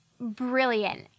brilliant